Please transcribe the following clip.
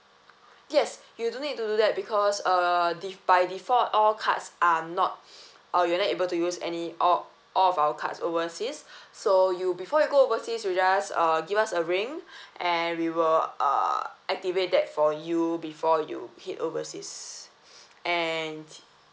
yes you don't need to do that because uh def~ by default all cards are not uh you're not able to use any all all of our cards overseas so you before you go overseas you just uh give us a ring and we will uh activate that for you before you head overseas and